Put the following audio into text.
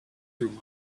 through